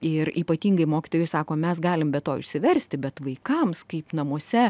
ir ypatingai mokytojui sako mes galime be to išsiversti bet vaikams kaip namuose